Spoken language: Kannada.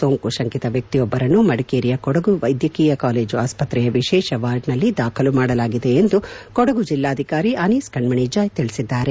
ಸೋಂಕು ಶಂಕಿತ ವ್ಯಕ್ತಿಯೊಬ್ಬರನ್ನು ಮಡಿಕೇರಿಯ ಕೊಡಗು ವೈದ್ಯಕೀಯ ಕಾಲೇಜು ಆಸ್ತ್ರೆಯ ಎರೇಷ ವಾರ್ಡ್ನಲ್ಲಿ ದಾಖಲು ಮಾಡಲಾಗಿದೆ ಎಂದು ಕೊಡಗು ಜಿಲ್ಲಾಧಿಕಾರಿ ಅನೀಸ್ ಕಣ್ಣಣಿ ಜಾಯ್ ತಿಳಿಸಿದ್ದಾರೆ